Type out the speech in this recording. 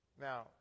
Now